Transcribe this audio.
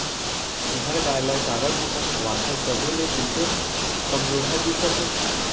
तुंहर गाय ल चारा भूसा खवाथस तभो ले कइसे कमजोरहा दिखत हे?